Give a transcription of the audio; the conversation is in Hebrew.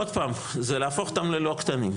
עוד פעם, זה להפוך אותם ללא קטנים.